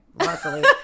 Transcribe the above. luckily